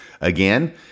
again